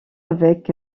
avec